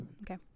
okay